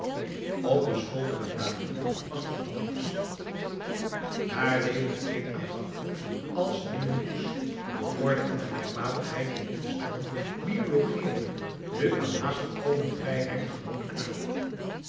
op de school te batavia was dat anders daar leefde het kind aanvankelijk als in een roes de orde en gelijkmatigheid in dit bestaan biologeerden den aan haast volkomen vrijheid gewonen knaap